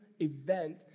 event